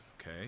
Okay